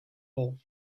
hole